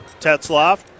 Tetzloff